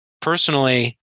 Personally